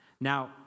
Now